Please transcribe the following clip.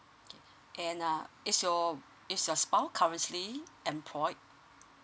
k and uh is your spouse currently employed